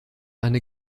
eine